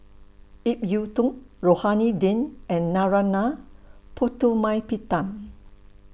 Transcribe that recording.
Ip Yiu Tung Rohani Din and Narana Putumaippittan